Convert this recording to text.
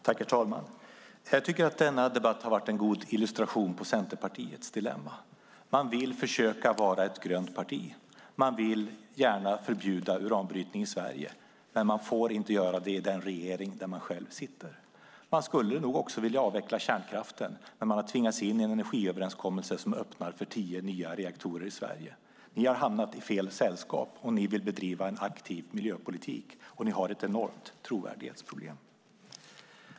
Herr talman! Jag tycker att denna debatt har varit en god illustration av Centerpartiets dilemma. Ni vill försöka vara ett grönt parti. Ni vill gärna förbjuda uranbrytning i Sverige, men ni får inte göra det i den regering där ni själva sitter. Ni skulle nog också vilja avveckla kärnkraften, men ni har tvingats in i en energiöverenskommelse som öppnar för tio nya reaktorer i Sverige. Ni har hamnat i fel sällskap om ni vill bedriva en aktiv miljöpolitik, och ni har ett enormt trovärdighetsproblem.